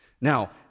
Now